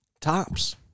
tops